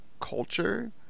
culture